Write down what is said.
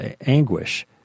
anguish